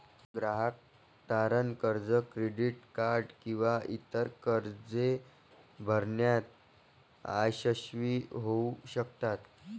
ग्राहक तारण कर्ज, क्रेडिट कार्ड किंवा इतर कर्जे भरण्यात अयशस्वी होऊ शकतात